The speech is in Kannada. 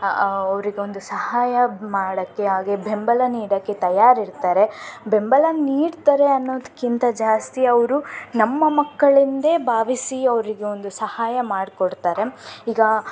ಅವರಿಗೊಂದು ಸಹಾಯ ಮಾಡೋಕ್ಕೆ ಹಾಗೇ ಬೆಂಬಲ ನೀಡೋಕ್ಕೆ ತಯಾರಿರ್ತಾರೆ ಬೆಂಬಲ ನೀಡ್ತಾರೆ ಅನ್ನೋದ್ಕಿಂತ ಜಾಸ್ತಿ ಅವರು ನಮ್ಮ ಮಕ್ಕಳೆಂದೇ ಭಾವಿಸಿ ಅವರಿಗೆ ಒಂದು ಸಹಾಯ ಮಾಡ್ಕೊಡ್ತಾರೆ ಈಗ